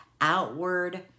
outward